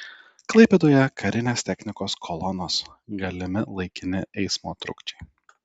klaipėdoje karinės technikos kolonos galimi laikini eismo trukdžiai